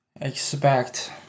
expect